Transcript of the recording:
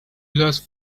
last